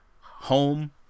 home